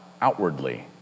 outwardly